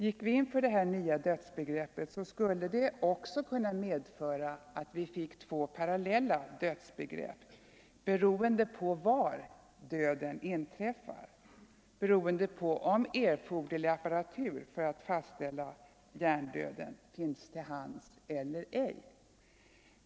Gick vi in för det nya dödsbegreppet skulle det också medföra att vi fick två parallella dödsbegrepp, beroende på var döden inträffar och beroende av om erforderlig apparatur för fastställande av hjärndöd finns till hands.